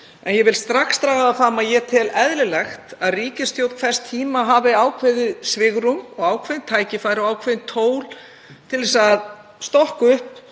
Ég vil strax draga fram að ég tel eðlilegt að ríkisstjórn hvers tíma hafi ákveðið svigrúm og ákveðin tækifæri og ákveðin tól til að stokka upp